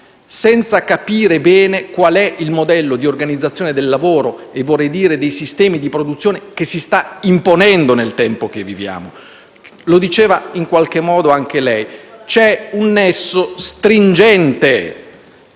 senza capire bene qual è il modello di organizzazione del lavoro - e, vorrei dire, dei sistemi di produzione - che si sta imponendo nel tempo che viviamo. L'ha detto in qualche modo anche lei, signor Ministro: c'è un nesso stringente